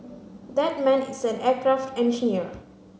that man is an aircraft engineer